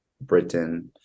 britain